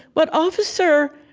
but officer,